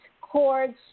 cords